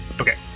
okay